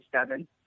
seven